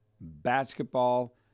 basketball